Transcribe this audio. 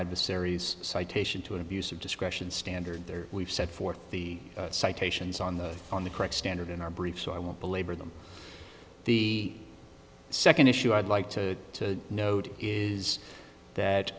adversaries citation to an abuse of discretion standard there we've set forth the citations on the on the correct standard in our brief so i won't belabor them the second issue i'd like to note is that